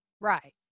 Right